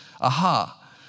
aha